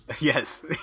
Yes